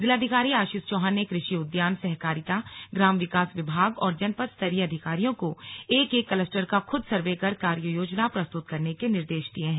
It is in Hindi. जिलाधिकारी आशीष चौहान ने कृषि उद्यान सहकारिता ग्राम विकास विभाग और जनपद स्तरीय अधिकारियों को एक एक कलस्टर का खुद सर्वे कर कार्ययोजना प्रस्तुत करने के निर्देष दिये हैं